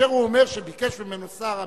כאשר הוא אומר שביקש ממנו שר המשפטים,